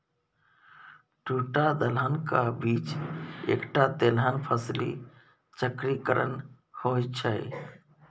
दूटा दलहनक बीच एकटा तेलहन फसली चक्रीकरण होए छै